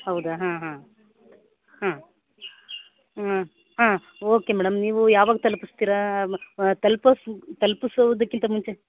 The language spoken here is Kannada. ಹೌದಾ ಹಾಂ ಹಾಂ ಹಾಂ ಹಾಂ ಹಾಂ ಓಕೆ ಮೇಡಮ್ ನೀವು ಯಾವಾಗ ತಲ್ಪಿಸ್ತೀರ ತಲ್ಪಸ್ ತಲ್ಪಿಸೋದಕ್ಕಿಂತ ಮುಂಚೆ